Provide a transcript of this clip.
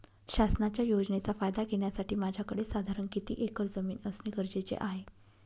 शासनाच्या योजनेचा फायदा घेण्यासाठी माझ्याकडे साधारण किती एकर जमीन असणे गरजेचे आहे?